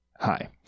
hi